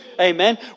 Amen